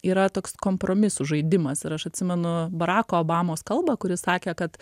yra toks kompromisų žaidimas ir aš atsimenu barako obamos kalbą kur jis sakė kad